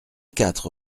quatre